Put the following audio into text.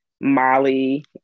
Molly